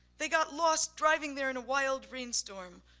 they got lost driving there in a wild rainstorm,